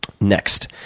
Next